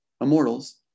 Immortals